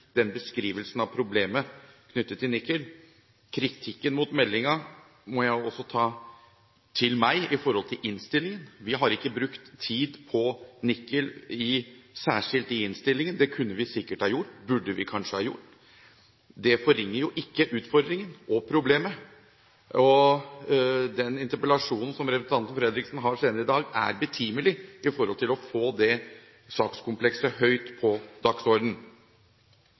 den beskrivelsen av problemet knyttet til dette. Når det er kritikk mot meldingen, må jeg også ta den til meg når det gjelder innstillingen. Vi har ikke brukt særskilt mye tid på Nikel i innstillingen. Det skulle og burde vi kanskje ha gjort. Det forringer ikke utfordringen og problemet. Den interpellasjonen representanten Fredriksen skal ha senere i dag, er betimelig når det gjelder å få det sakskomplekset høyt på